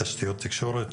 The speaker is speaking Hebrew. את תשתיות התקשורת.